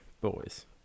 boys